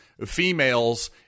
females